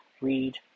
read